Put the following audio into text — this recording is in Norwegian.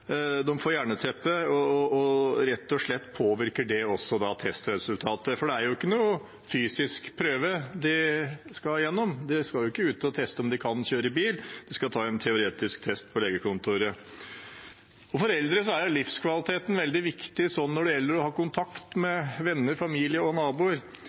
får jernteppe, og det påvirker rett og slett testresultatet. Det er ikke noen fysisk prøve de skal gjennom, de skal ikke ut og teste om de kan kjøre bil, de skal ta en teoretisk test på legekontoret. For eldre er livskvaliteten veldig viktig med tanke på å ha kontakt med venner, familie og naboer.